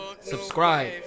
subscribe